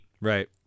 Right